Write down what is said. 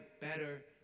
better